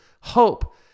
hope